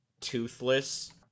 toothless